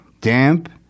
damp